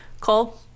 Cole